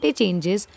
changes